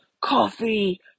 coffee